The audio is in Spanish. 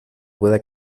pueda